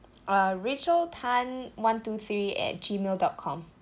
uh rachel tan one two three at gmail dot com